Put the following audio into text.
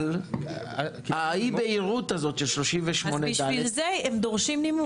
אבל האי בהירות הזאת של 38(ד) --- אז בשביל זה הם דורשים נימוק.